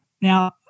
Now